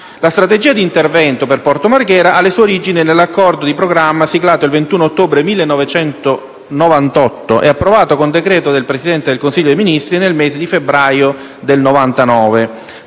La strategia di intervento per Porto Marghera ha le sue origini nell'accordo di programma siglato il 21 ottobre 1998 e approvato con decreto del Presidente del Consiglio dei ministri nel mese di febbraio del 1999.